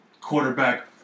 quarterback